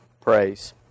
praise